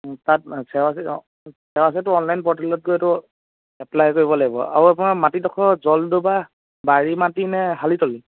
তাত চেৱা সেৱা সেতু অনলাইন প'ৰ্টেলত গৈ এইটো এপ্লাই কৰিব লাগিব আৰু আপোনাৰ মাটিডোখৰ জলডোবা বাৰী মাটি নে শালি তলি